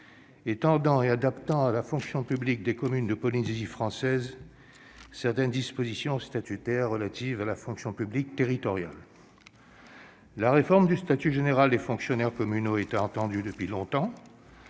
étendant et adaptant à la fonction publique des communes de Polynésie française certaines dispositions statutaires relatives à la fonction publique territoriale. Cette réforme du statut général des fonctionnaires communaux était attendue depuis longtemps,